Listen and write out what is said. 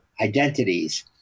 identities